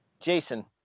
Jason